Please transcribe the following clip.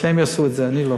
אז שהם יעשו את זה, אני לא.